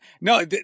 no